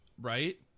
Right